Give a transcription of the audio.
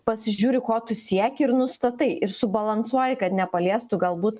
pasižiūri ko tu sieki ir nustatai ir subalansuoji kad nepaliestų galbūt